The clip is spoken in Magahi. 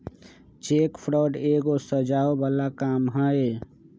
चेक फ्रॉड एगो सजाओ बला काम हई